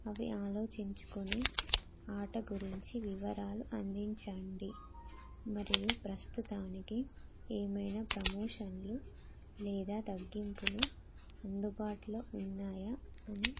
అవి ఆలోచించుకుని ఆట గురించి వివరాలు అందించండి మరియు ప్రస్తుతానికి ఏమైనా ప్రమోషన్లు లేదా తగ్గింపులు అందుబాటులో ఉన్నాయా అని